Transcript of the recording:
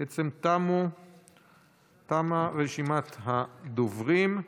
בעצם תמה רשימת הדוברים.